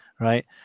Right